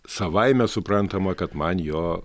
savaime suprantama kad man jo